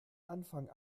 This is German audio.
anfang